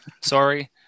Sorry